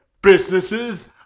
businesses